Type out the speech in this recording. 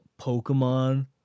pokemon